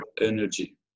energy